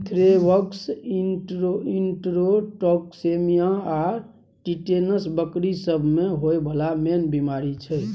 anthrax, enterotoxaemia आ tetanus बकरी सब मे होइ बला मेन बेमारी छै